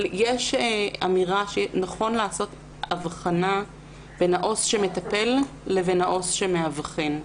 יש אמירה שנכון לעשות אבחנה בין העו"ס שמטפל לעו"ס שמאבחן.